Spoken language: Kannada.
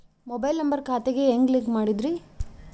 ಮೊಬೈಲ್ ನಂಬರ್ ಖಾತೆ ಗೆ ಹೆಂಗ್ ಲಿಂಕ್ ಮಾಡದ್ರಿ?